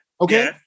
Okay